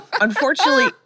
Unfortunately